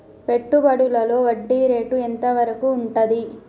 పెట్టుబడులలో వడ్డీ రేటు ఎంత వరకు ఉంటది?